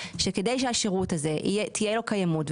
שכדי שלשירות הזה תהיה קיימות,